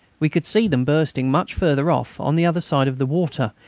we could see them bursting much further off, on the other side of the water,